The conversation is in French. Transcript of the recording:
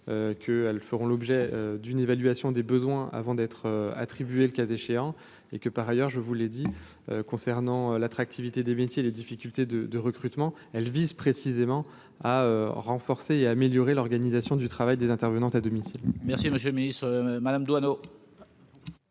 que elles feront l'objet d'une évaluation des besoins, avant d'être attribués, le cas échéant, et que par ailleurs je vous l'ai dit concernant l'attractivité des métiers, les difficultés de de recrutement, elle vise précisément à renforcer et améliorer l'organisation du travail des intervenantes à domicile. Merci, monsieur le Ministre, Madame Jouanno.